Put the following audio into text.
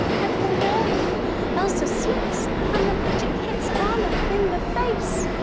but oh no elsa slips and the magic hits anna in the face!